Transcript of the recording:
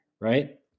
Right